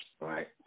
right